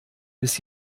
bis